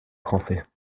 français